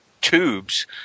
tubes